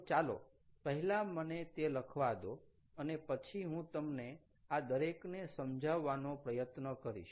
તો ચાલો પહેલા મને તે લખવા દો અને પછી હું તમને આ દરેકને સમજાવવાનો પ્રયત્ન કરીશ